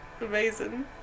Amazing